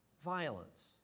violence